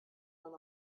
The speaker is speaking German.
man